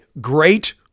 great